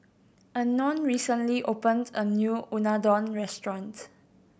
Unknown recently opened a new Unadon restaurant